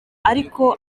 ariko